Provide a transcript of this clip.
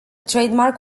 trademark